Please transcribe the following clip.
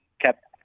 kept